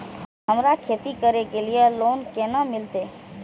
हमरा खेती करे के लिए लोन केना मिलते?